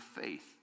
faith